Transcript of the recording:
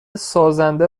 سازنده